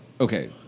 Okay